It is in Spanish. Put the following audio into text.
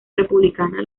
republicana